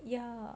ya